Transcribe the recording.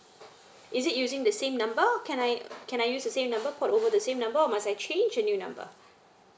is it using the same number can I can I use the same number port over the same number or must has change the new number